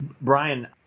Brian